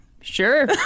Sure